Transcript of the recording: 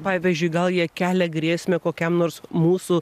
pavyzdžiui gal jie kelia grėsmę kokiam nors mūsų